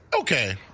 Okay